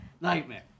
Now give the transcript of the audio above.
nightmare